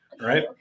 right